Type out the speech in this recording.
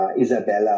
Isabella